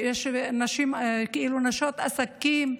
ויש נשות עסקים,